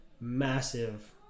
massive